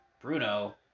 Bruno